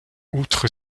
outre